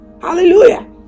Hallelujah